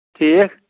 ٹھیٖک